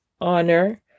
honor